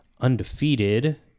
undefeated